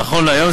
נכון להיום,